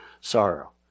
sorrow